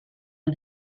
the